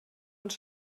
und